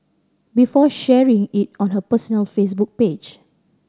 before sharing it on her personal Facebook page